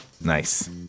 Nice